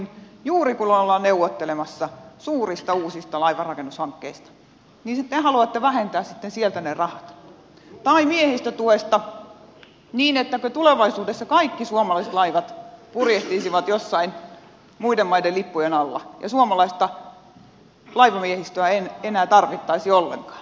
juuri kun ollaan neuvottelemassa suurista uusista laivanrakennushankkeista niin te haluatte vähentää sitten sieltä ne rahat tai miehistötuesta niin ettäkö tulevaisuudessa kaikki suomalaiset laivat purjehtisivat jossain muiden maiden lippujen alla ja suomalaista laivamiehistöä ei enää tarvittaisi ollenkaan